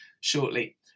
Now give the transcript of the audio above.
shortly